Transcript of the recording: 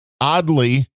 Oddly